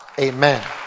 Amen